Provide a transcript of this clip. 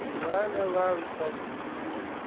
नहि नहि ओएह सब